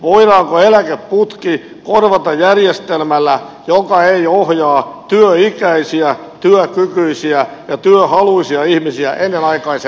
voidaanko eläkeputki korvata järjestelmällä joka ei ohjaa työikäisiä työkykyisiä ja työhaluisia ihmisiä ennenaikaiselle eläkkeelle